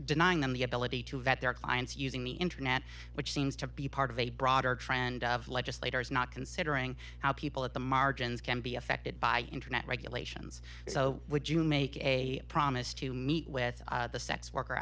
denying them the ability to vet their clients using the internet which seems to be part of a broader trend of legislators not considering how people at the margins can be affected by internet regulations so would you make a promise to meet with the sex worker